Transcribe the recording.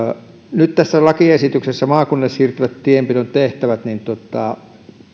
nyt tässä lakiesityksessä maakunnille siirtyvät tienpidon tehtävät